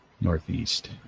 northeast